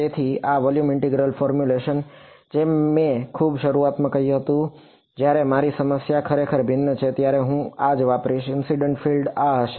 તેથી volume integral field આહ હશે